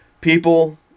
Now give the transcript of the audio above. people